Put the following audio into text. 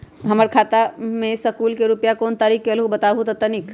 हमर खाता में सकलू से रूपया कोन तारीक के अलऊह बताहु त तनिक?